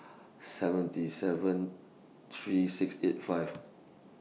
seventy seven three six eight five